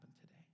today